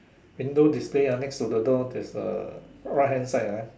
window display ah next to the door there's a right hand side ah